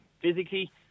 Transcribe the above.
physically